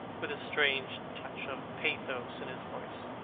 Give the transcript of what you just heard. with a strange touch of pathos in his voice.